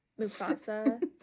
mufasa